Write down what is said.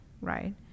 right